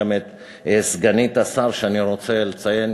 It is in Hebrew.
גם את סגנית השר שאני רוצה לציין.